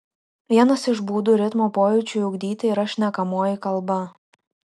vienas iš būdų ritmo pojūčiui ugdyti yra šnekamoji kalba